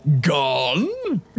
Gone